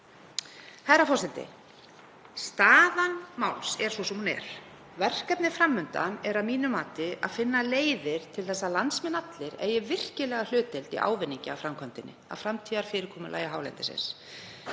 Herra forseti. Staða máls er sú sem hún er. Verkefnið fram undan er að mínu mati að finna leiðir til þess að landsmenn allir eigi virkilega hlutdeild í ávinningi af framkvæmdinni, af framtíðarfyrirkomulagi hálendisins.